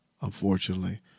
Unfortunately